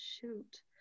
shoot